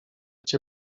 cię